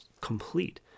complete